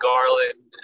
Garland